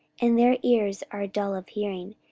and their ears are dull of hearing,